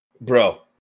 bro